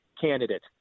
candidate